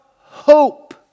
hope